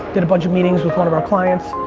did a bunch of meetings with one of our clients.